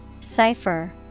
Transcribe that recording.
Cipher